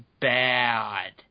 bad